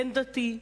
בין-דתי,